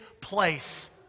place